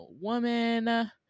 woman